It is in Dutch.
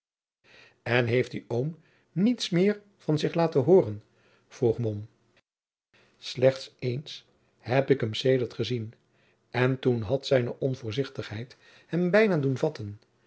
en heeft die oom niets meer van zich laten hooren vroeg mom slechts eens heb ik hem sedert gezien en toen had zijne onvoorzichtigheid hem bijna doen vatten